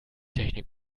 technik